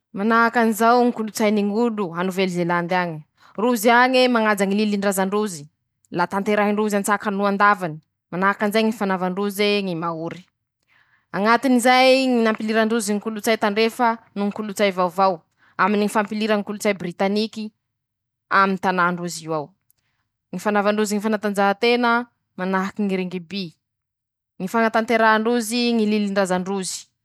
Manahaky anizao ñy kolotsainy ñ'olo a nouvelle-zélande añy: -Rozy añe mañaja ñy lilin-drazan-drozy ,la tanterahin-drozy an-tsakany noho an-davany ,manahaky anizay ñy fanaovandroze ñy maory ,añatiny zay ñy nampiliran-drozy ñy kolon-tsay tandrefa noho ñy kolontsay vaovao aminy ñy fampilira ñy kolotsay britaniky amy tanàn-drozy io ao ;ñy fanaovandrozy fanatanjahan-tena manahaky ñy rungiby; ñy fañatanterahan-drozy ñy lilin-drazan-drozy.